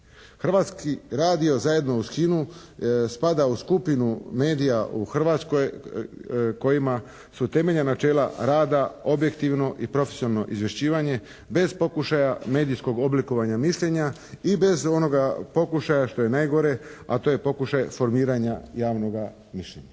Hrvatski radio zajedno uz HINA-u spada u skupinu medija u Hrvatskoj kojima su temeljna načela rada objektivno i profesionalno izvješćivanje bez pokušaja medijskog oblikovanja mišljenja i bez onoga pokušaja što je najgore a to je pokušaj formiranja javnoga mišljenja.